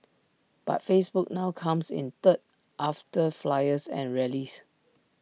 but Facebook now comes in third after flyers and rallies